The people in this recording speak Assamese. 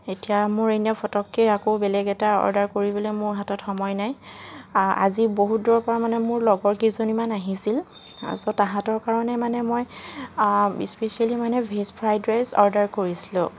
এতিয়া মোৰ এনেই পটককৈ আকৌ বেলেগ এটা অৰ্ডাৰ কৰিবলৈ মোৰ হাতত সময় নাই আজি বহুত দূৰৰপৰা মানে মোৰ লগৰ কেইজনীমান আহিছিল তো তাহাঁতৰ কাৰণে মানে মই ইস্পেচিয়েলী মানে ভেজ ফ্ৰাইড ৰাইচ অৰ্ডাৰ কৰিছিলোঁ